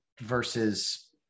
versus